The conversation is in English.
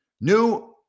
New